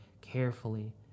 carefully